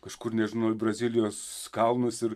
kažkur nežinau į brazilijos kalnus ir